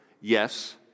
Yes